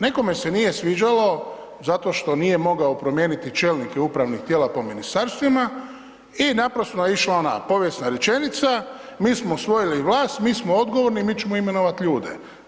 Nekome se nije sviđalo zato što nije mogao promijeniti čelnika upravnih tijela po ministarstvima i naprosto je išla ova povijesna rečenica, mi smo usvojili vlast, mi smo odgovorni, mi ćemo imenovati ljude.